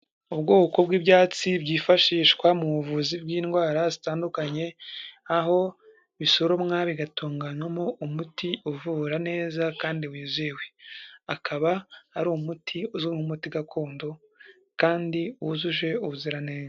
Ubwoko bw'ibyatsi byifashishwa mu buvuzi bw'indwara zitandukanye, aho bisuromwa bigatunganaywamo umuti uvura neza kandi wizewe. Akaba ari umuti uzwi nk'umuti gakondo kandi wujuje ubuziranenge.